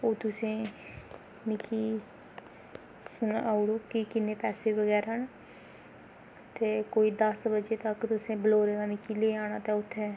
ओह् तुसें मिगी सनाई ओड़ो कि किन्ने पैसे बगैरा न ते कोई दस बड़े तक तुसें बलौरे दा मिकी लेआना ते उत्थै